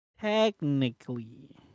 Technically